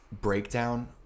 breakdown